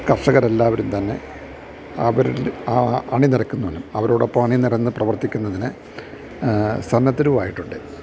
കർഷകരെല്ലാവരും തന്നെ അവരിൽ അണിനിരക്കുന്നതിനും അവരോടൊപ്പം അണിനിരന്ന് പ്രവർത്തിക്കുന്നതിന് സന്നദ്ധരുമായിട്ടുണ്ട്